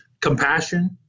Compassion